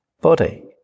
body